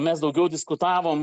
mes daugiau diskutavom